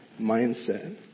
mindset